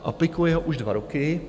Aplikuje ho už dva roky.